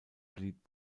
blieb